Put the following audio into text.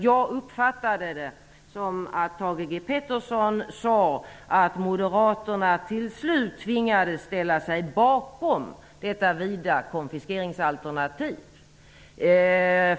Jag uppfattade det som att Thage G Peterson sade, att moderaterna till slut tvingades ställa sig bakom detta vida konfiskeringsalternativ.